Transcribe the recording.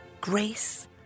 grace